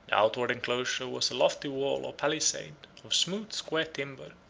outward enclosure was a lofty wall, or palisade, of smooth square timber,